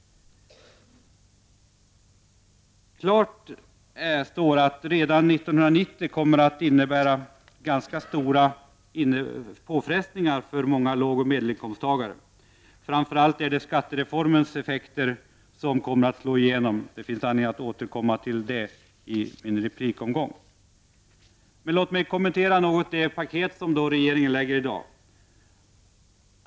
Klart står redan att 1990 kommer att innebära ganska stora påfrestningar för många lågoch medelinkomsttagare. Framför allt är det skattereformens effekter som kommer att slå igenom. Det finns anledning att återkomma till detta i replikomgången. Men låt mig något kommentera det paket som regeringen presenterar i dag.